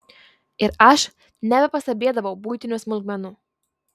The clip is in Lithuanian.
ir aš nebepastebėdavau buitinių smulkmenų